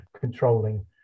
controlling